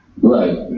Right